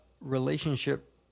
relationship